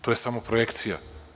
To je samo projekcija.